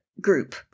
group